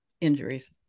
injuries